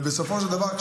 ובסופו של דבר,